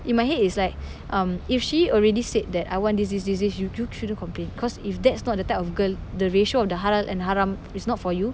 in my head is like um if she already said that I want this this this this you you shouldn't complain cause if that's not the type of girl the ratio of the halal and haram is not for you